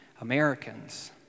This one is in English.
Americans